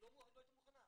היא לא היתה מוכנה,